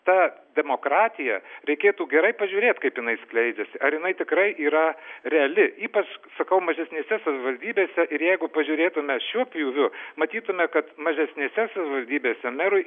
ta demokratija reikėtų gerai pažiūrėt kaip jinai skleidžiasi ar jinai tikrai yra reali ypač sakau mažesnėse savivaldybėse ir jeigu pažiūrėtume šiuo pjūviu matytume kad mažesnėse savivaldybėse merui